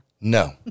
No